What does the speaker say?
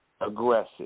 aggressive